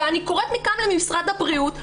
אני קוראת מכאן למשרד הבריאות,